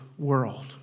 world